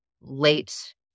late